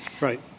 Right